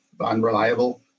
unreliable